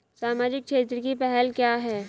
सामाजिक क्षेत्र की पहल क्या हैं?